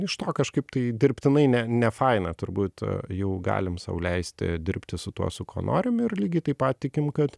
iš to kažkaip tai dirbtinai ne nefaina turbūt jau galim sau leisti dirbti su tuo su kuo norim ir lygiai taip pat tikim kad